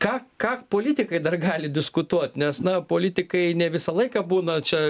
ką ką politikai dar gali diskutuot nes na politikai ne visą laiką būna čia